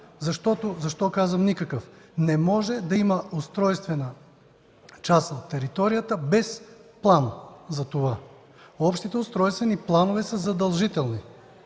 вариант. Защо казвам никакъв? Не може да има устройствена част от територията без план за това. Общите устройствени планове са задължителни.